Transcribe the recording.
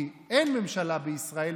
כי אין ממשלה בישראל,